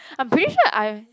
I'm pretty sure I